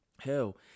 Hell